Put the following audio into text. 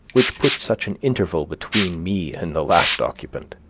which put such an interval between me and the last occupant